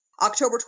October